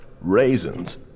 raisins